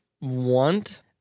want